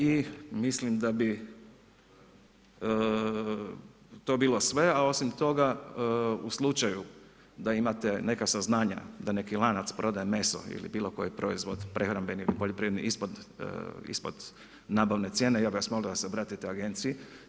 I mislim da bi to bilo sve a osim toga u slučaju da imate neka saznanja da neki lanac prodaje meso ili bilo koji proizvod prehrambeni ili poljoprivredni ispod nabavne cijene, ja bih vas molio da se obratite agenciji.